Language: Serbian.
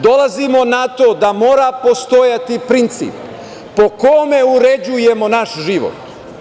Dolazimo na t o da mora postojati princip po kome uređujemo naš život.